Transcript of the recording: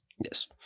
Yes